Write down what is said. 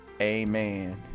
amen